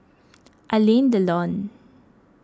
Alain Delon